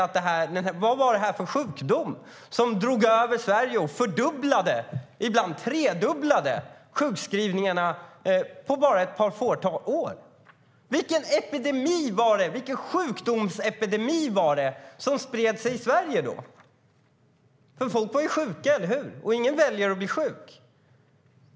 Vad var det för sjukdom som drog igenom Sverige och fördubblade och ibland tredubblade sjukskrivningarna på bara ett fåtal år? Vilken epidemi var det som spred sig i Sverige då? Folk var ju sjuka - eller hur? Ingen väljer att bli sjuk.